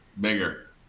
bigger